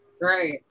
Right